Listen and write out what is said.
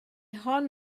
hon